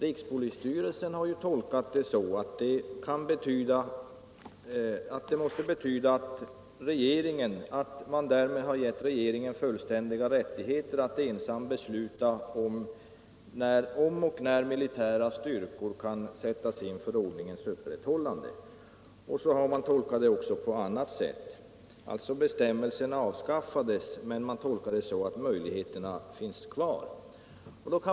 Rikspolisstyrelsen har tolkat det så att regeringen därmed givits fullständiga rättigheter att ensam besluta om och när militära styrkor kan sättas in för ordningens upprätthållande. Man har alltså tolkat det på det sättet att bestämmelsen avskaffades men att möjligheterna finns kvar.